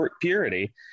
purity